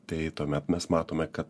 tai tuomet mes matome kad